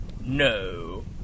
No